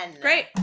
Great